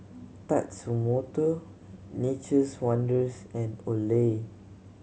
Tatsumoto Nature's Wonders and Olay